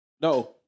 No